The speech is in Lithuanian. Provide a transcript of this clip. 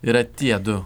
yra tiedu